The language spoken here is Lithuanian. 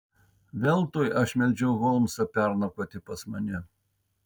veltui aš meldžiau holmsą pernakvoti pas mane